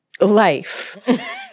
life